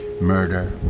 Murder